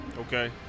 Okay